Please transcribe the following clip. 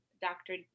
Dr